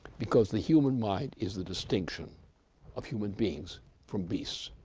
because the human mind is the distinction of human beings from beasts.